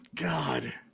god